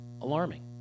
alarming